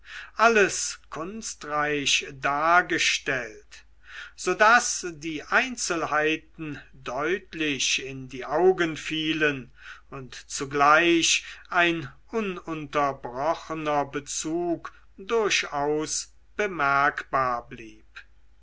alles kunstreich dargestellt so daß die einzelnheiten deutlich in die augen fielen und zugleich ein ununterbrochener bezug durchaus bemerkbar blieb